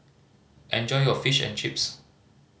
enjoy your Fish and Chips